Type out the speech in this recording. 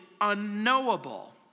unknowable